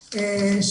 ארוך.